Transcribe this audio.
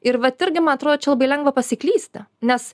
ir vat irgi man atrodo čia labai lengva pasiklysti nes